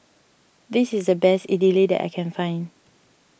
this is the best Idili that I can find